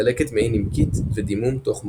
דלקת מעי נמקית ודימום תוך מוחי.